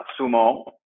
Sumo